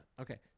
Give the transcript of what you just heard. Okay